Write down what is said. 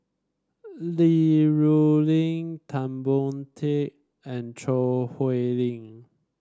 Li Rulin Tan Boon Teik and Choo Hwee Lim